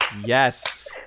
Yes